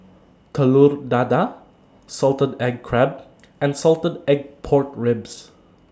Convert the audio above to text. Telur Dadah Salted Egg Crab and Salted Egg Pork Ribs